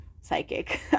psychic